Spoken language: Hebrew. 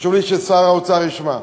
וחשוב לי ששר האוצר ישמע: